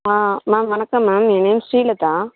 ஆ ma'am வணக்கம் ma'am என் name Srilatha